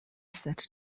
said